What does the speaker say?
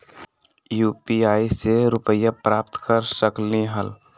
UPI से रुपए प्राप्त कर सकलीहल?